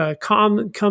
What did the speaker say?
come